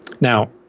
Now